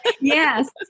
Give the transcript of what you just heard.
Yes